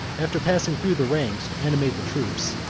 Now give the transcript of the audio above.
after passing through the ranks to animate the troops,